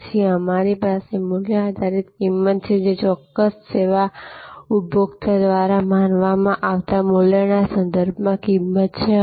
પછી અમારી પાસે મૂલ્ય આધાર કિંમત છેજે તે ચોક્કસ સેવા માટે ઉપભોક્તા દ્વારા માનવામાં આવતા મૂલ્યના સંદર્ભમાં કિંમત છે